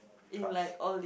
cars